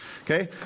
Okay